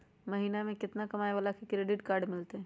महीना में केतना कमाय वाला के क्रेडिट कार्ड मिलतै?